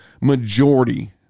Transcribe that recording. majority